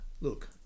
Look